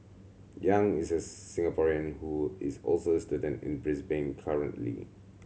yang is a Singaporean who is also a student in Brisbane currently